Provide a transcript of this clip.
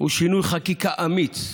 הוא שינוי חקיקה אמיץ,